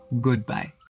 goodbye